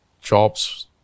jobs